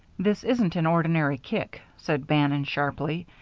this isn't an ordinary kick, said bannon, sharply.